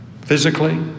physically